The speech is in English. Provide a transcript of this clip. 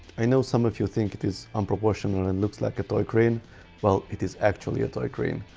i know some of you think it is unproportional and looks like a toy crane well it is actually a toy crane!